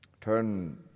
Turn